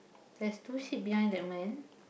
there's two sheep behind that man